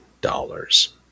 dollars